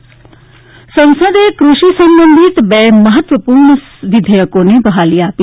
કૃષિ વિઘેયક સંસદે કૃષિ સંબંધિત બે મહત્વપુર્ણ વિધેયકોને બહાલી આપી